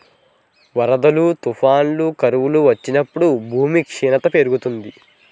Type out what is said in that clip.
వరదలు, తుఫానులు, కరువులు వచ్చినప్పుడు భూమి క్షీణత పెరుగుతుంది